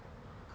oh